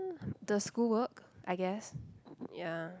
the school work I guess ya